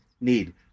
need